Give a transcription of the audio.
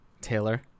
Taylor